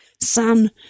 Son